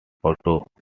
autonomously